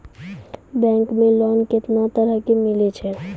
Bank मे loan कैतना तरह के मिलै छै?